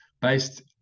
based